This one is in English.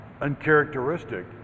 uncharacteristic